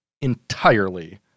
entirely